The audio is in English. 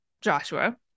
Joshua